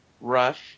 Rush